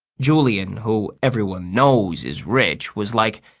julian, who everyone knows is rich, was like,